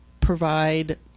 provide